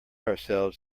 ourselves